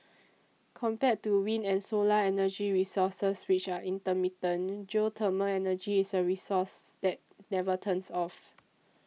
compared to wind and solar energy resources which are intermittent geothermal energy is a resource that never turns off